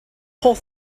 whole